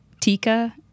Tika